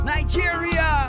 Nigeria